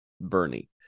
bernie